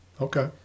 Okay